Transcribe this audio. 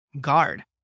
guard